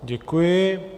Děkuji.